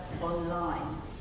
online